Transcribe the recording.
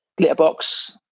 Glitterbox